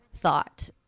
thought